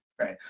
Right